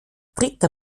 dritter